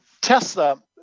Tesla